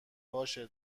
باشه